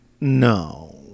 No